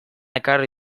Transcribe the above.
ekarri